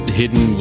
hidden